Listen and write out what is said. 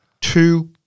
two